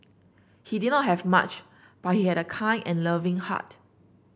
he did not have much but he had a kind and loving heart